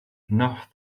north